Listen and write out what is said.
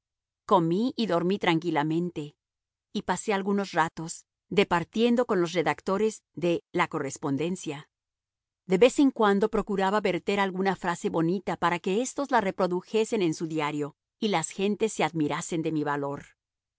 comí y dormí tranquilamente y pasé algunos ratos departiendo con los redactores de la correspondencia de vez en cuando procuraba verter alguna frase bonita para que éstos la reprodujesen en su diario y las gentes se admirasen de mi valor